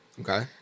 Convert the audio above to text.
Okay